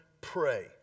pray